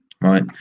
right